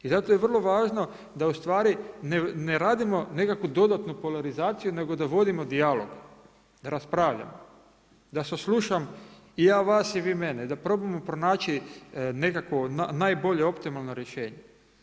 I zato je vrlo važno da ustvari ne radimo nekakvu dodatnu polarizaciju, nego da vodimo dijalog, da raspravljamo da saslušam i ja vas i vi mene i da probamo pronaći nekakvo najbolje optimalno rješenje.